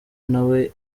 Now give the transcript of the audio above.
ntawe